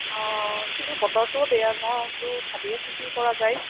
অ এতিয়াতো বতৰটো বেয়া ন' তো ভাবি আছোঁ কি কৰা যায়